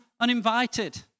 uninvited